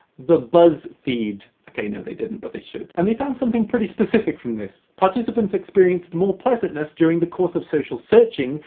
the buzzfeed ok, no they didn't but they should. and they found something pretty specific from this, participants experienced more pleasantness, during the course of social searching,